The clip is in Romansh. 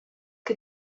che